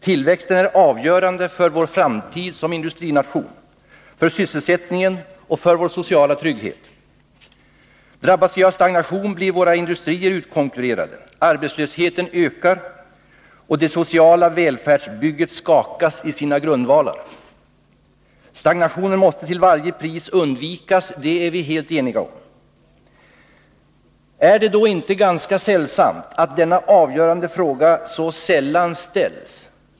Tillväxten är avgörande för vår framtid som industrination, för sysselsättningen och för vår sociala trygghet. Drabbas vi av stagnation blir våra industrier utkonkurrerade, arbetslösheten ökar och det sociala välfärdsbygget skakas i sina grundvalar. Stagnationen måste till varje pris undvikas. Det är vi helt eniga om. Är det då inte ganska sällsamt att denna avgörande fråga så sällan ställs?